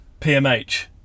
PMH